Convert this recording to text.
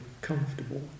comfortable